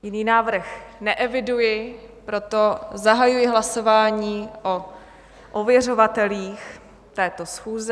Jiný návrh neeviduji, proto zahajuji hlasování o ověřovatelích této schůze.